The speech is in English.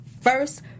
first